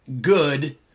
good